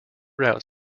route